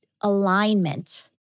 alignment